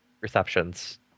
receptions